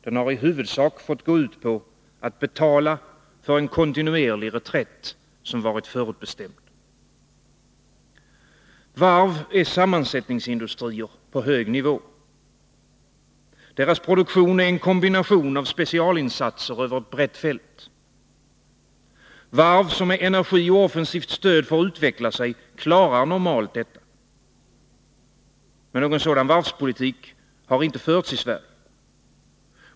Den har i huvudsak fått gå ut på att betala för en kontinuerlig reträtt, som varit förutbestämd. Varv är sammansättningsindustrier på hög nivå. Deras produktion är en kombination av specialinsatser över ett brett fält. Varv som med energi och offensivt stöd får utveckla sig klarar normalt detta. Men någon sådan varvspolitik har inte förts i Sverige.